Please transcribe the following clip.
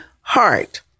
heart